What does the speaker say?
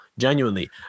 Genuinely